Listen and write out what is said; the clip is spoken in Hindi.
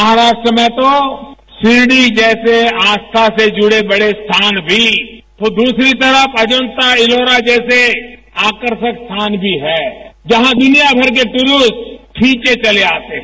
महाराष्ट्र में तो शिरडी जैसे आस्था से जुड़े बड़े स्थान भी और दूसरी तरफ अजंता एलोरा जैसे आकर्षक स्थान भी हैं जहां दुनिया भर को टूरिस्टज खींचे चले आते हैं